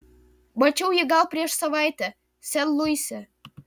mačiau jį gal prieš savaitę sen luise